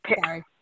Sorry